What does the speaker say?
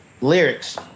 lyrics